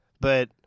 But-